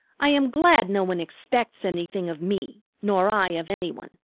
i am glad no one expects anything of me nor i of any one.